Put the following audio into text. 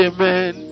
Amen